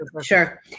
sure